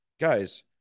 guys